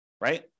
right